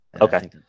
okay